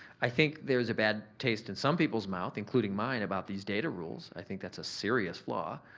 i think there's a bad taste in some people's mouth, including mine about these data rules. i think that's a serious flaw.